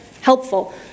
helpful